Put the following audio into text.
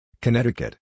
Connecticut